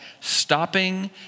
stopping